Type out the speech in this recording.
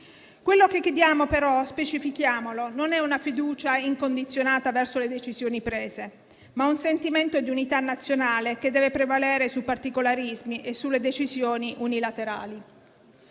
Quello che chiediamo però - specifichiamolo - non è una fiducia incondizionata verso le decisioni prese, ma un sentimento di unità nazionale che deve prevalere sui particolarismi e sulle decisioni unilaterali.